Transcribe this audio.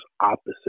opposite